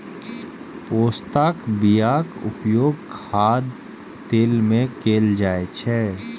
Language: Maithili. पोस्ताक बियाक उपयोग खाद्य तेल मे कैल जाइ छै